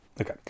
Okay